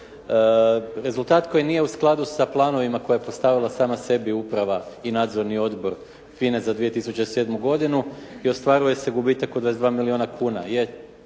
Rezultat koji nije u skladu sa planovima koje je postavila sama sebi uprava i nadzorni odbor FINA-e za 2007. godinu i ostvaruje se gubitak od 22 milijuna kuna.